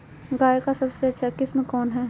गाय का सबसे अच्छा किस्म कौन हैं?